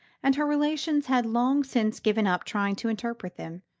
and her relations had long since given up trying to interpret them.